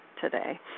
today